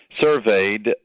surveyed